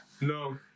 no